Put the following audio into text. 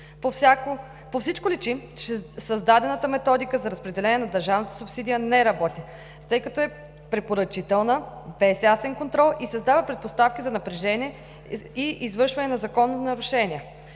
По всичко личи, че създадената Методика за разпределение на държавната субсидия не работи, тъй като е препоръчителна, без ясен контрол и създава предпоставки за напрежение и извършване на закононарушения.